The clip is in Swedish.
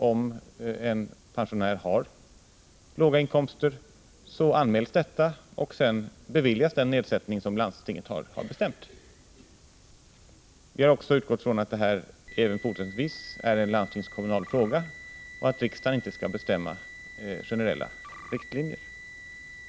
Om en pensionär har låga inkomster skall detta självfallet anmälas, och sedan beviljas den nedsättning som landstinget har bestämt. Vi har också utgått från att detta även fortsättningsvis är en landstingskommunal fråga och att riksdagen inte skall bestämma generella riktlinjer.